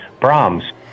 Brahms